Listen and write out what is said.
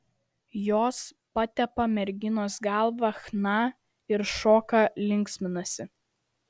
jos patepa merginos galvą chna ir šoka linksminasi